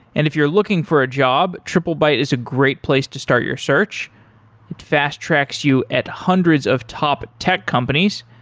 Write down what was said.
and if you're looking for a job, triplebyte is a great place to start your search. it fast tracks you at hundreds of top tech companies.